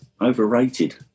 overrated